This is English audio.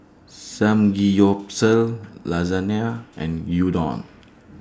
Samgeyopsal Lasagne and Gyudon